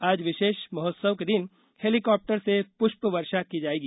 आज विशेष महोत्सव के दिन हेलीकॉप्टर से पुष्प वर्षा की जाएगी